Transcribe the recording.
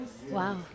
Wow